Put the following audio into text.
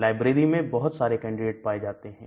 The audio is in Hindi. लाइब्रेरी में बहुत सारे कैंडिडेट पाए जाते हैं